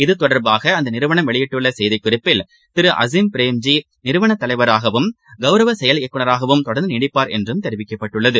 இதுதொடர்பாகஅந்தநிறுவனம் வெளியிட்டுள்ளசெய்திக்குறிப்பில் திருஆசிம் பிரேம்ஜி நிறுவனத்தலைவராகவும் கௌரவ செயல் இயக்குநராகவும் தொடர்ந்துநீடிப்பார் என்றுதெரிவிக்கப்பட்டுள்ளது